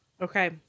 Okay